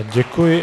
Děkuji.